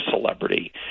celebrity